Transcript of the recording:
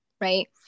Right